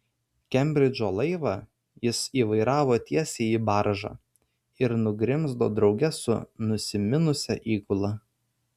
kembridžo laivą jis įvairavo tiesiai į baržą ir nugrimzdo drauge su nusiminusia įgula